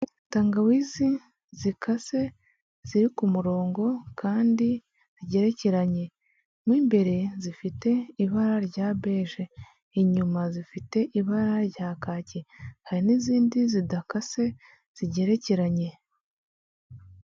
Tangawizi zikase ziri ku murongo kandi zigerekeranye m’imbere zifite ibara rya bege, inyuma zifite ibara rya kaki. Hari n’izindi zidakase zigerekeranye.